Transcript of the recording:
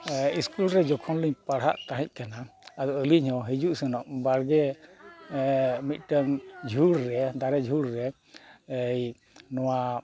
school ᱨᱮ ᱡᱚᱠᱷᱚᱱ ᱞᱤᱧ ᱯᱟᱲᱦᱟᱜ ᱛᱟᱦᱮᱸᱜ ᱠᱟᱱᱟ ᱟᱫᱚ ᱟᱹᱞᱤᱧ ᱦᱚᱸ ᱦᱤᱡᱩᱜ ᱥᱮᱱᱚᱜ ᱵᱟᱲᱜᱮ ᱢᱤᱫᱴᱟᱱ ᱡᱷᱩᱲ ᱨᱮ ᱫᱟᱨᱮ ᱡᱷᱩᱲ ᱨᱮ ᱱᱚᱣᱟ